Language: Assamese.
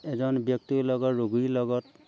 এজন ব্যক্তিৰ লগত ৰোগীৰ লগত